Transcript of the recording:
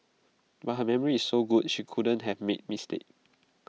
but her memory is so good she couldn't have made mistake